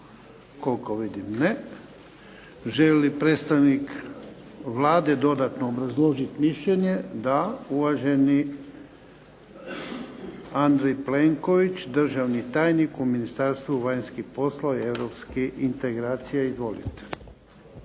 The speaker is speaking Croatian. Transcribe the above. Koliko vidim ne. Želi li predstavnik Vlade dodatno obrazložiti mišljenje? Da. Uvaženi Andrej Plenković državni tajnik u Ministarstvu vanjskih poslova i europskih integracija. Izvolite.